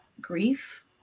grief